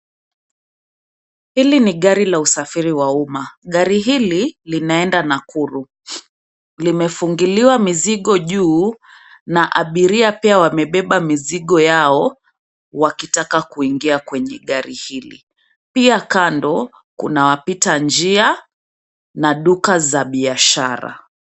Hili ni gari la usafiri wa umma, gari hili linaenda Nakuru. Limefungiliwa mizigo juu na abiria pia wamebeba mizigo yao wakitaka kuingia kwenye gari hili. Pia kando kuna wapita njia na duka za biashara.